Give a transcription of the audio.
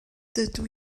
dydw